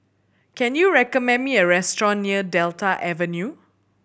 can you recommend me a restaurant near Delta Avenue